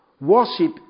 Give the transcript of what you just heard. worship